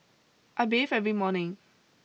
I bathe every morning